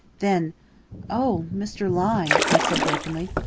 then oh, mr. lyne, he said brokenly.